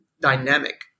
dynamic